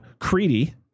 Creedy